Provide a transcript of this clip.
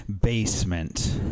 basement